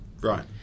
Right